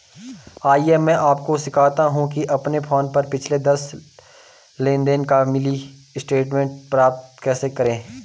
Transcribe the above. आइए मैं आपको सिखाता हूं कि अपने फोन पर पिछले दस लेनदेन का मिनी स्टेटमेंट कैसे प्राप्त करें